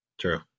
true